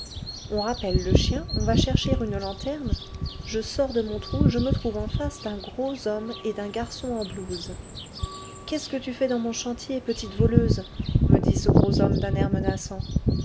on rappelle le chien on va chercher une lanterne je sors de mon trou je me trouve en face d'un gros homme et d'un garçon en blouse qu'est-ce que tu fais dans mon chantier petite voleuse me dit ce gros homme d'un air menaçant